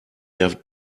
der